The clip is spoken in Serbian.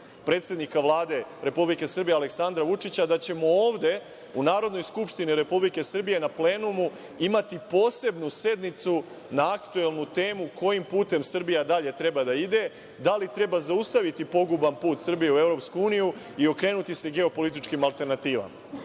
predsednika Vlade Republike Srbije Aleksandra Vučića, da ćemo ovde u Narodnoj skupštini Republike Srbije na plenumu imati posebnu sednicu na aktuelnu temu - kojim putem Srbija dalje treba da ide, da li treba zaustaviti poguban put Srbije u EU i okrenuti se geopolitičkim alternativama? Dakle,